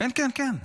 כן כן כן.